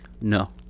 no